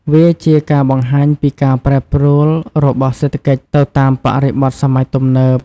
វាជាការបង្ហាញពីការប្រែប្រួលរបស់សេដ្ឋកិច្ចទៅតាមបរិបទសម័យទំនើប។